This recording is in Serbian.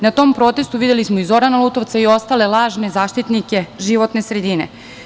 Na tom protestu videli smo i Zorana Lutovca i ostale lažne zaštitnike životne sredine.